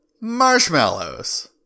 Marshmallows